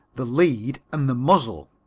the lead and the muzzle.